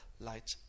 light